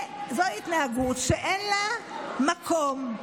זו התנהגות שאין לה מקום.